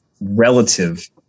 relative